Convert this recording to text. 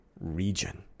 region